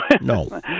No